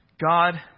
God